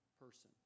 person